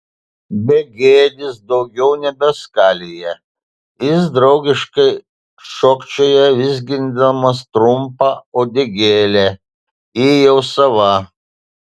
begėdis daugiau nebeskalija jis draugiškai šokčioja vizgindamas trumpą uodegėlę ji jau sava